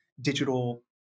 digital